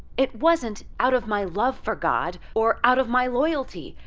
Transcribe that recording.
it wasn't out of my love for god or out of my loyalty.